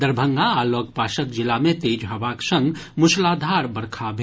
दरभंगा आ लगपासक जिला मे तेज हवाक संग मूसलाधार बरखा भेल